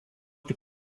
tik